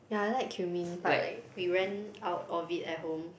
yeah I like cumin but like we ran out of it at home